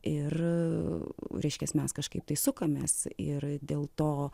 ir reiškias mes kažkaip tai sukamės ir dėl to